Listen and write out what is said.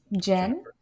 Jen